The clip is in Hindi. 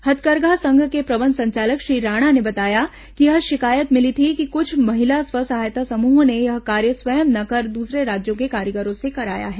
हथकरघा संघ के प्रबंध संचालक श्री राणा ने बताया कि यह शिकायत मिली थी कि कुछ महिला स्व सहायता समूहों ने यह कार्य स्वयं न कर दूसरे राज्यों के कारीगरों से कराया है